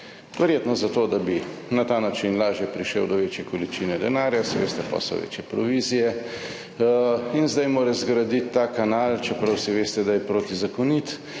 verjetno zato, da bi na ta način lažje prišel do večje količine denarja, saj veste, potem so večje provizije in zdaj mora zgraditi ta kanal, čeprav vsi veste, da je protizakonit